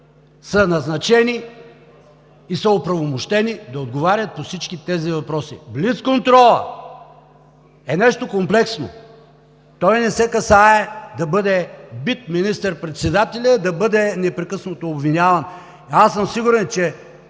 са назначени и са оправомощени да отговарят по всички тези въпроси. Блицконтролът е нещо комплексно – не се касае да бъде бит министър-председателят, да бъде непрекъснато обвиняван. Аз съм сигурен, че